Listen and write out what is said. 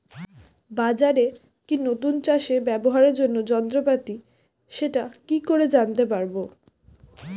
বাজারে কি নতুন চাষে ব্যবহারের জন্য যন্ত্রপাতি সেটা কি করে জানতে পারব?